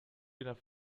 enough